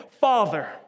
Father